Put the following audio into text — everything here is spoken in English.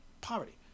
Poverty